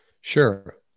Sure